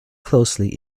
closely